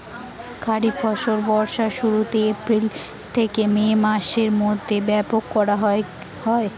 খরিফ ফসল বর্ষার শুরুতে, এপ্রিল থেকে মে মাসের মধ্যে বপন করা হয়